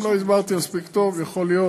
אם לא הסברתי מספיק טוב, יכול להיות.